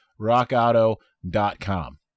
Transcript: rockauto.com